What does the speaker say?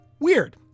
Weird